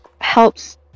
helps